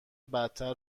بدتر